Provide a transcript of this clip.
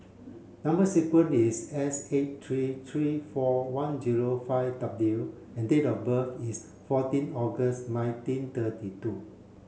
number sequence is S eight three three four one zero five W and date of birth is fourteen August nineteen thirty two